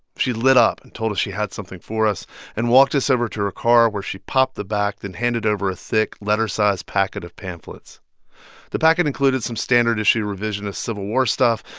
she lit up and told us she had something for us and walked us over to her car, where she popped the back and handed over a thick, letter-sized packet of pamphlets the packet included some standard issue revisionist civil war stuff,